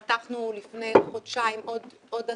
פתחנו לפני חודשיים עוד עשר,